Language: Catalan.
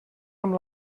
amb